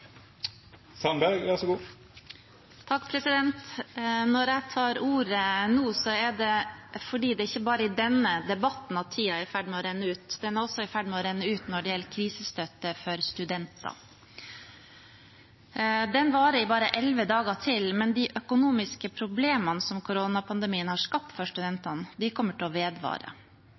Når jeg tar ordet nå, er det fordi det ikke er bare i denne debatten at tiden er i ferd med å renne ut. Den er også i ferd med å renne ut når det gjelder prisstøtte for studentene. Den varer i bare elleve dager til, men de økonomiske problemene som koronapandemien har skapt for studentene, kommer til å vedvare.